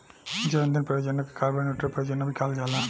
जैव ईंधन परियोजना के कार्बन न्यूट्रल परियोजना भी कहल जाला